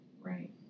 Right